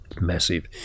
massive